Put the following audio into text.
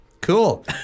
Cool